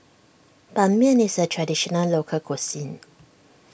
Ban Mian is a Traditional Local Cuisine